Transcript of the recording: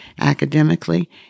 academically